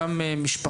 גם של משפחות,